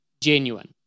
genuine